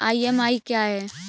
EMI क्या है?